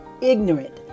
ignorant